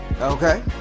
Okay